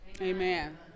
Amen